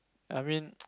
I mean